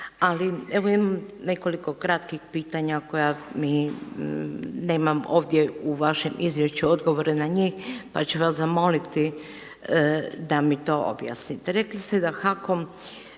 ali evo imam nekoliko kratkih pitanja koja mi nemam ovdje u vašem izvješću odgovore na njih, pa ću vas zamoliti da mi to objasnite. Rekli ste da HAKOM